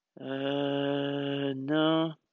No